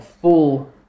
full